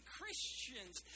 Christians